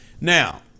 now